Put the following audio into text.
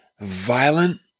violent